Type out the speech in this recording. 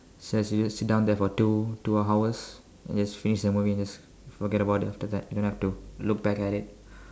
so if you just sit down there for two two hours and just finish the movie and just forget about it after that don't have to look back at it